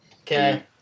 Okay